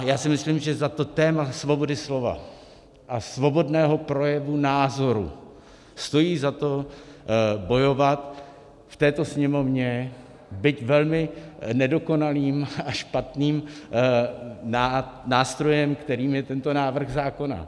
Já si myslím, že za to téma svobody slova a svobodného projevu názoru stojí za to bojovat v této Sněmovně, byť velmi nedokonalým a špatným nástrojem, kterým je tento návrh zákona.